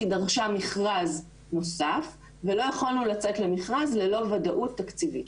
היא דרשה מכרז נוסף ולא יכולנו לצאת למכרז ללא ודאות תקציבית.